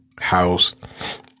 house